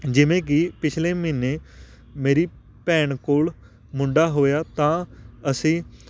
ਜਿਵੇਂ ਕਿ ਪਿਛਲੇ ਮਹੀਨੇ ਮੇਰੀ ਭੈਣ ਕੋਲ ਮੁੰਡਾ ਹੋਇਆ ਤਾਂ ਅਸੀਂ